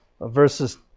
verses